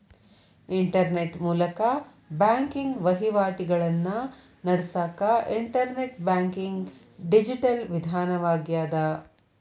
internet ಮೂಲಕ banking ವಹಿವಾಟಿಗಳನ್ನ ನಡಸಕ ಇಂಟರ್ನೆಟ್ ಬ್ಯಾಂಕಿಂಗ್ ಡಿಜಿಟಲ್ ವಿಧಾನವಾಗ್ಯದ